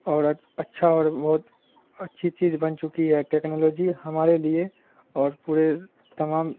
اور اچھا اور بہت اچھی چیز بن چکی ہے ٹیکنالوجی ہمارے لیے اور پورے تمام